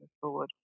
forward